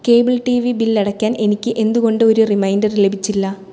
cable T V bill അടയ്ക്കാൻ എനിക്ക് എന്തുകൊണ്ട് ഒരു റിമൈൻഡർ ലഭിച്ചില്ല